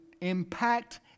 impact